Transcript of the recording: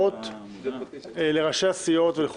ההצעות לראשי הסיעות.